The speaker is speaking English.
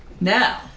Now